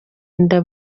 inda